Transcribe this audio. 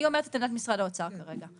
אני אומרת את עמדת משרד האוצר כרגע.